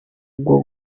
bwo